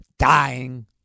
Dying